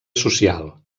social